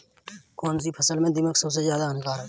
कौनसी फसल में दीमक सबसे ज्यादा हानिकारक है?